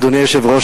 אדוני היושב-ראש,